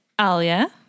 Alia